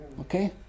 Okay